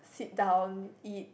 sit down eat